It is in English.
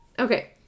Okay